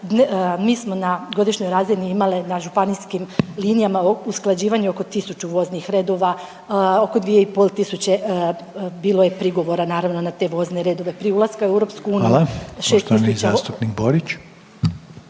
mi smo na godišnjoj razini imali na županijskim linijama usklađivanje oko tisuću voznih redova, oko dvije i pol tisuće bilo je prigovora naravno na te vozne redove. Prije ulaska u EU 6000 … **Reiner, Željko (HDZ)** Hvala. Poštovani zastupnik Borić.